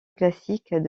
classique